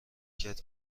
کرد